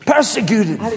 Persecuted